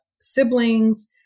siblings